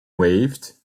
waived